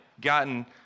gotten